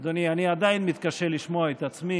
אדוני, אני עדיין מתקשה לשמוע את עצמי